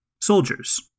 Soldiers